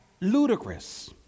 ludicrous